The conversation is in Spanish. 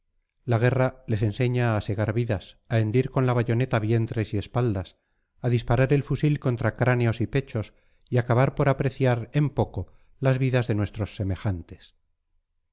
la guerra les enseña a segar vidas a hendir con la bayoneta vientres y espaldas a disparar el fusil contra cráneos y pechos y acaban por apreciar en poco las vidas de nuestros semejantes